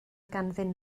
ganddyn